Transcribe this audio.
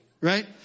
right